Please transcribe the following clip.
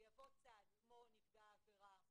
יבוא צד כמו נפגע עבירה,